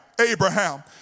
Abraham